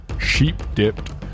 sheep-dipped